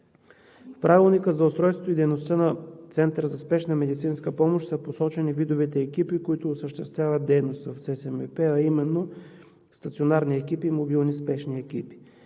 В Правилника за устройството и дейността на Центъра за спешна медицинска помощ (ЦСМП) са посочени видовете екипи, които осъществяват дейност там, а именно стационарни екипи и мобилни спешни екипи.